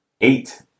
eight